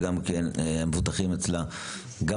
שמבוטחים אצלה מבוגרים,